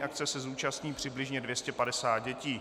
Akce se zúčastní přibližně 250 dětí.